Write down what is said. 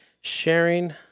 sharing